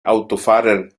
autofahrern